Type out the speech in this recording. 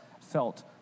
felt